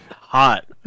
Hot